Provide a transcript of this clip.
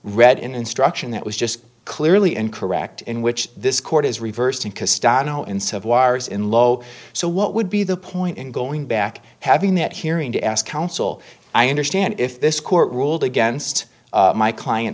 read instruction that was just clearly incorrect in which this court has reversed and of wires in low so what would be the point in going back having that hearing to ask counsel i understand if this court ruled against my client